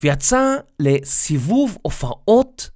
ויצא לסיבוב או הופעות.